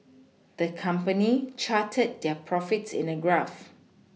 the company charted their profits in a graph